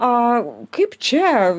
o kaip čia